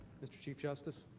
mr. chief justice